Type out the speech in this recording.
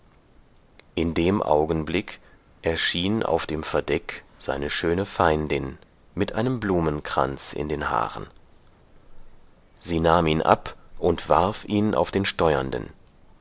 in dem augenblick erschien auf dem verdeck seine schöne feindin mit einem blumenkranz in den haaren sie nahm ihn ab und warf ihn auf den steuernden